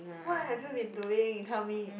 what have you been doing tell me